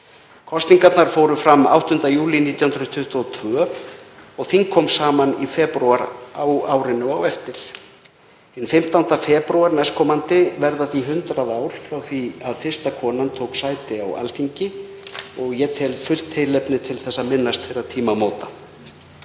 Kosningar fóru fram 8. júlí 1922 og þing kom saman í febrúar ári síðar. Hinn 15. febrúar næstkomandi verða því 100 ár frá því að fyrsta konan tók sæti á Alþingi og tel ég fullt tilefni til að minnast þeirra tímamóta.